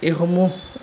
এইসমূহ